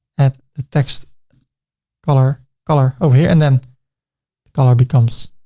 add the text color color over here and then the color becomes